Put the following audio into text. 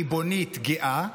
ריבונית, גאה,